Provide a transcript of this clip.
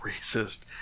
racist